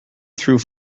through